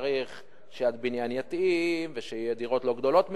צריך שהבניין יתאים, שיהיו דירות לא גדולות מדי.